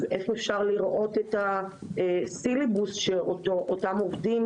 אז איפה אפשר לראות את הסילבוס של אותם עובדים,